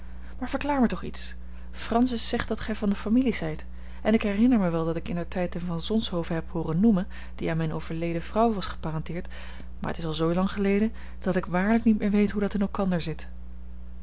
maar verklaar mij toch iets francis zegt dat gij van de familie zijt en ik herinner mij wel dat ik indertijd een van zonshoven heb hooren noemen die aan mijne overledene vrouw was geparenteerd maar t is al zoo lang geleden dat ik waarlijk niet meer weet hoe dat in elkander zit